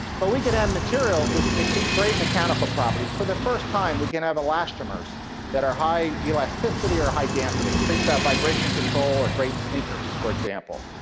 but we can have materials with great mechanical properties. for the first time, we can have elastomers that are high elasticity or high dampening. think about vibration control or great sneakers, for example.